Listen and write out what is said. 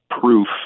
proof